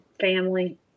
family